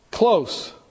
close